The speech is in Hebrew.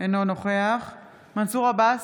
אינו נוכח מנסור עבאס,